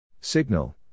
Signal